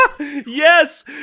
Yes